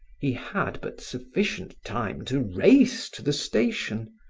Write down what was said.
he had but sufficient time to race to the station.